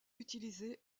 utilisé